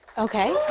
okay.